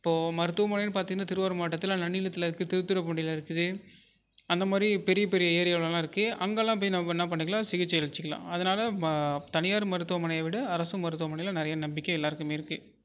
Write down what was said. இப்போது மருத்துவமனையின் பார்த்திங்னா திருவாரூர் மாவட்டத்தில் நன்னிலத்தில் இருக்குது திருத்துறைப்பூண்டியில் இருக்குது அந்த மாதிரி பெரிய பெரிய ஏரியாவுலெலாம் இருக்குது அங்கெலாம் போய் நம்ம என்ன பண்ணிக்கலாம் சிகிச்சை அளிச்சுக்கிலாம் அதனால் மா தனியார் மருத்துவமனையை விட அரசு மருத்துவமனையில் நிறையா நம்பிக்கை எல்லாேருக்குமே இருக்குது